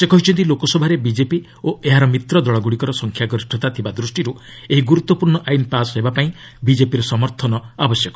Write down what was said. ସେ କହିଛନ୍ତି ଲୋକସଭାରେ ବିଜେପି ଓ ଏହାର ମିତ୍ର ଦଳଗୁଡ଼ିକର ସଂଖ୍ୟାଗରିଷ୍ଠତା ଥିବା ଦୃଷ୍ଟିରୁ ଏହି ଗୁରୁତ୍ୱପୂର୍ଣ୍ଣ ଆଇନ ପାସ୍ ହେବାପାଇଁ ବିକେପିର ସମର୍ଥନ ଆବଶ୍ୟକ